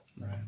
Right